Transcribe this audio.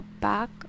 back